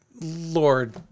Lord